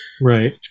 right